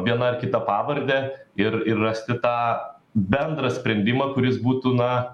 viena ar kita pavarde ir ir rasti tą bendrą sprendimą kuris būtų na